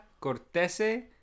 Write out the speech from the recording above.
Cortese